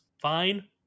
fine